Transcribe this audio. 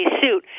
suit